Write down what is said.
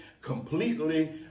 completely